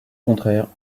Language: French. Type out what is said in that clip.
contraire